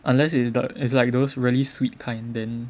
unless it's the it's like those really sweet kind then